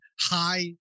high